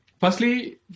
firstly